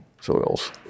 soils